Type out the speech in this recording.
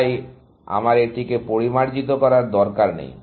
তাই আমার এটিকে পরিমার্জিত করার দরকার নেই